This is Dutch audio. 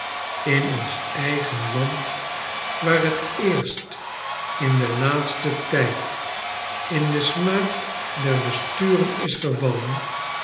in ons eigen land waar t eerstin den laatsten tijd in den smaak der besturen is gevallen